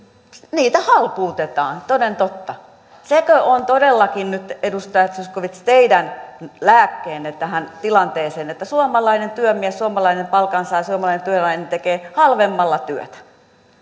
niitä halpuutetaan toden totta sekö on todellakin nyt edustaja zyskowicz teidän lääkkeenne tähän tilanteeseen että suomalainen työmies suomalainen palkansaaja suomalainen työläinen tekee halvemmalla työtä